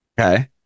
Okay